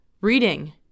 Reading